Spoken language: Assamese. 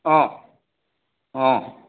অঁ অঁ